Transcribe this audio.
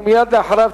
ומייד אחריו,